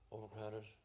Overcrowded